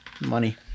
Money